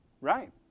right